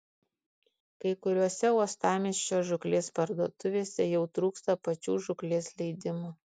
kai kuriose uostamiesčio žūklės parduotuvėse jau trūksta pačių žūklės leidimų